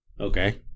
Okay